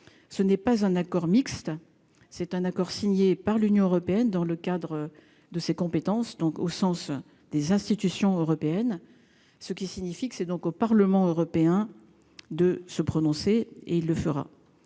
ce n'est pas un accord mixte c'est un accord signé par l'Union européenne dans le cadre de ses compétences, donc au sens des institutions européennes, ce qui signifie que c'est donc au Parlement européen de se prononcer et il le fera,